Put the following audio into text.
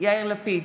יאיר לפיד,